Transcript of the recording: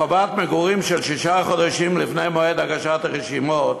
חובת מגורים של שישה חודשים לפני מועד הגשת הרשימות